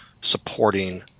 supporting